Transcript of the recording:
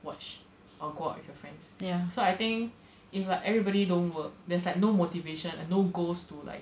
watch or go out with your friends so I think if uh everybody don't work there's like no motivation and no goals to like